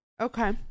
Okay